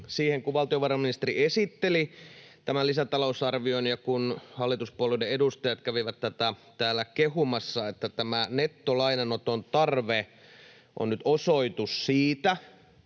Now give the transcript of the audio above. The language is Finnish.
siihen, kun valtiovarainministeri esitteli tämän lisätalousarvion ja hallituspuolueiden edustajat kävivät tätä täällä kehumassa, että tämä nettolainanoton tarve tai siis